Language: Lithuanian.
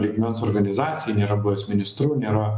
lygmens organizacijai nėra buvęs ministru nėra